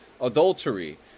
Adultery